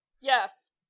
Yes